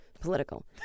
political